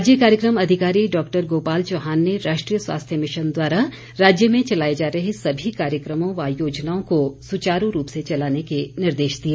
राज्य कार्यक्रम अधिकारी डॉक्टर गोपाल चौहान ने राष्ट्रीय स्वास्थ्य मिशन द्वारा राज्य में चलाए जा रहे सभी कार्यक्रमों व योजनाओं को सुचारू रूप से चलाने के निर्देश दिए